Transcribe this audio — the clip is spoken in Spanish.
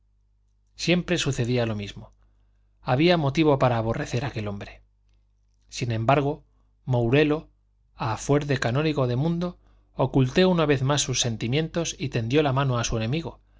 siempre sucedía lo mismo había motivo para aborrecer a aquel hombre sin embargo mourelo a fuer de canónigo de mundo ocultó una vez más sus sentimientos y tendió la mano a su enemigo